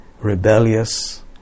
Rebellious